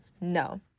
No